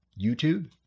YouTube